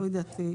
לא יודעת,